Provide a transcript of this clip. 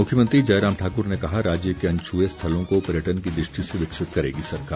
मुख्यमंत्री जयराम ठाकुर ने कहा राज्य के अनछुए स्थलों को पर्यटन की दृष्टि से विकसित करेगी सरकार